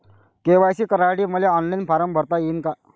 KYC करासाठी मले online form भरता येईन का?